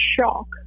shock